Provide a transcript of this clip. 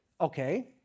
Okay